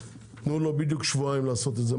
תנו לו בדיוק שבועיים לעשות את זה.